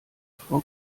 frau